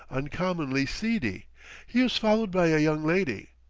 uncommonly seedy he is followed by a young lady,